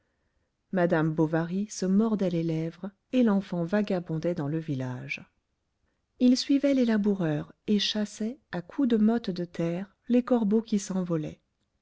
madame bovary se mordait les lèvres et l'enfant vagabondait dans le village il suivait les laboureurs et chassait à coups de motte de terre les corbeaux qui s'envolaient